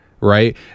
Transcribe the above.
right